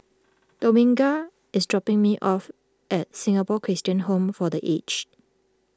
Dominga is dropping me off at Singapore Christian Home for the Aged